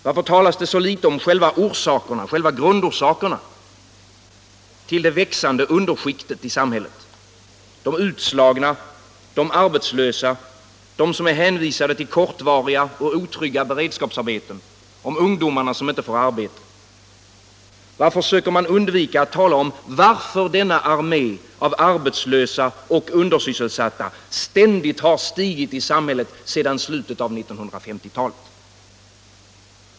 Varför talas det så litet om själva orsakerna till det växande underskiktet i samhället — de utslagna, de arbetslösa, de som hänvisas till kortvariga och otrygga beredskapsarbeten, ungdomarna som inte får arbete? Varför söker man undvika att tala om varför denna armé av arbetslösa och undersysselsatta i samhället ständigt ökat sedan slutet av 1950-talet?